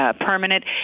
permanent